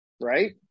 right